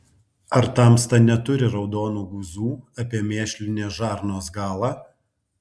ar tamsta neturi raudonų guzų apie mėšlinės žarnos galą